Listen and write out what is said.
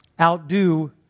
outdo